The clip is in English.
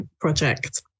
project